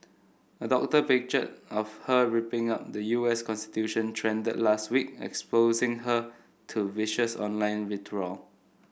a doctored picture of her ripping up the U S constitution trended last week exposing her to vicious online vitriol